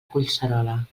collserola